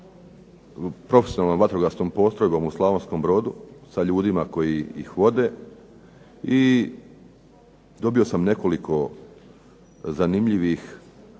profesionalnom vatrogasnom postrojbom u Slavonskom brodu, sa ljudima koji ih vode i dobio sam nekoliko zanimljivih